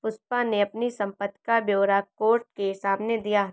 पुष्पा ने अपनी संपत्ति का ब्यौरा कोर्ट के सामने दिया